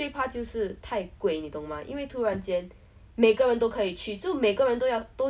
这种东西我真的是不管的 loh like even my friends here already then they like ha 神经病 like that